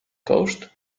coast